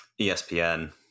ESPN